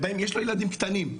יש לו ילדים קטנים,